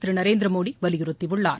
திரு நரேந்திர மோடி வலியுறுத்தியுள்ளார்